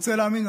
רוצה להאמין,